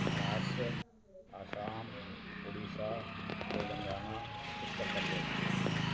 Maharashtra Assam Orissa Telangana Uttar Pradesh